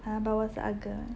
!huh! but was ah girl ah